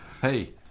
Hey